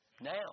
now